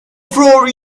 for